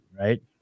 right